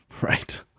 Right